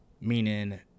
Meaning